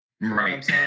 right